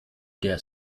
dare